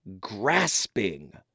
grasping